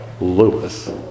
Lewis